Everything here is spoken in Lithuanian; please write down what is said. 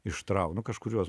ištraukt nu kažkurios